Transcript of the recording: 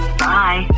bye